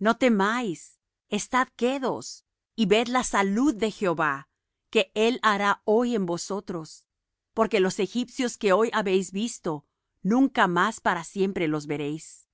no temáis estaos quedos y ved la salud de jehová que él hará hoy con vosotros porque los egipcios que hoy habéis visto nunca más para siempre los veréis